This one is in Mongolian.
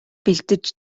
бэлдэж